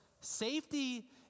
Safety